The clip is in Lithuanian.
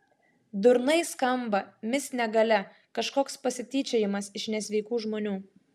durnai skamba mis negalia kažkoks pasityčiojimas iš nesveikų žmonių